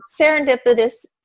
serendipitous